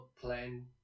plan